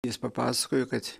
jis papasakojo kad